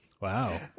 Wow